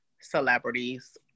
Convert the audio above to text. celebrities